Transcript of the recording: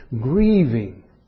grieving